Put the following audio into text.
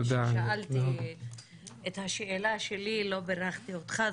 כששאלתי את השאלה שלי, לא בירכתי אותך.